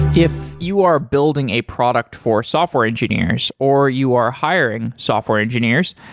if you are building a product for software engineers or you are hiring software engineers,